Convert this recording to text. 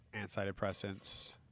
antidepressants